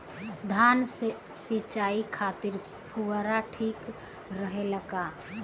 धान सिंचाई खातिर फुहारा ठीक रहे ला का?